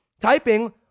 typing